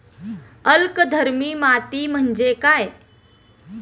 अल्कधर्मी माती म्हणजे काय?